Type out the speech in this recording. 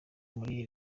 muri